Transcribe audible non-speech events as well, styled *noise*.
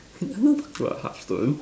*noise* cannot talk to your husband